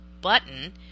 button